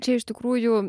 čia iš tikrųjų